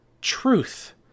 truth